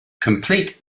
complete